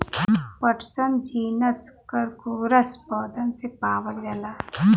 पटसन genus Corchorus पौधन से पावल जाला